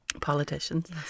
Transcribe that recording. politicians